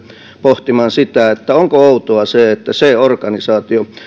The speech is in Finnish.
pohtimaan sitä onko outoa se että se organisaatio